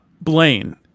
blaine